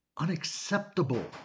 unacceptable